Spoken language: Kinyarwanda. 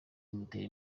bimuteye